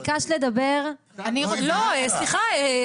ביקשת לדבר -- לא סליחה,